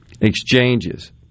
exchanges